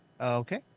Okay